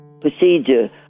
procedure